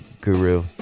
guru